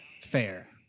fair